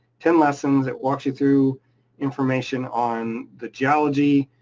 ten lessons, it walks you through information on the geology,